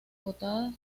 contadas